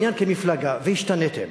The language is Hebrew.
כמפלגה השתניתם.